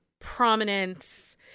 prominence